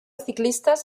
ciclistas